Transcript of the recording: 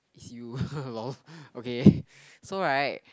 it's you lol okay so right